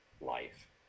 life